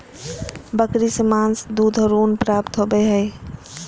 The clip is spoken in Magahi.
बकरी से मांस, दूध और ऊन प्राप्त होबय हइ